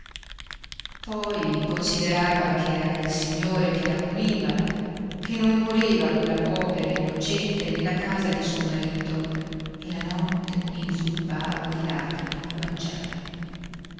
poi considerava ch'era il signore che la puniva che non voleva quella povera innocente nella casa di suo marito e la notte inzuppava di lagrime il guanciale